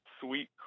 sweet